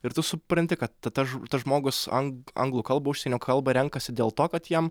ir tu supranti kad ta tas žmogus ang anglų kalbą užsienio kalbą renkasi dėl to kad jam